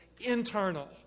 internal